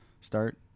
Start